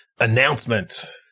Announcement